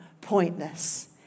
pointless